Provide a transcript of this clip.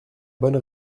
bonne